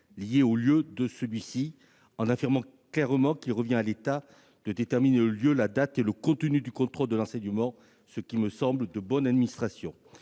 il s'effectue, en affirmant clairement qu'il revient à l'État de déterminer le lieu, la date et le contenu du contrôle de l'enseignement, ce qui me semble de bonne administration.